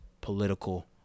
political